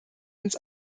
ins